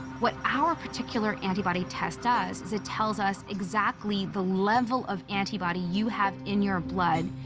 what our particular antibody test does is, it tells us exactly the level of antibody you have in your blood,